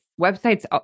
Websites